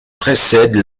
précède